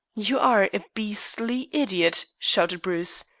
you are a beastly idiot, shouted bruce.